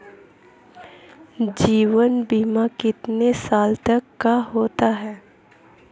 जीवन बीमा कितने साल तक का होता है?